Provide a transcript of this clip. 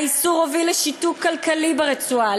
האיסור הוביל לשיתוק כלכלי ברצועה,